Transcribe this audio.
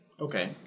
Okay